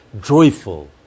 joyful